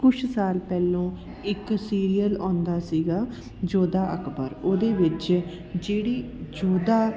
ਕੁਛ ਸਾਲ ਪਹਿਲਾਂ ਇੱਕ ਸੀਰੀਅਲ ਆਉਂਦਾ ਸੀਗਾ ਜੋਧਾ ਅਕਬਰ ਓਹਦੇ ਵਿੱਚ ਜਿਹੜੀ ਜੋਧਾ